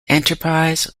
enterprise